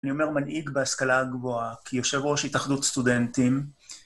אני אומר מנהיג בהשכלה הגבוהה, כי יושב ראש התאחדות סטודנטים...